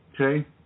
Okay